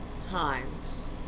times